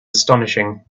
astonishing